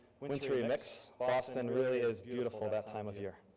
wintry mix, boston really is beautiful that time of year.